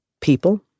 people